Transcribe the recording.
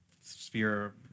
sphere